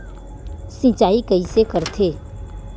सिंचाई कइसे करथे?